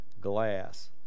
glass